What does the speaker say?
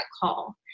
call